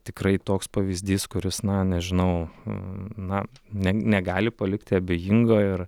tikrai toks pavyzdys kuris na nežinau na ne negali palikti abejingo ir